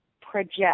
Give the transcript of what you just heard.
project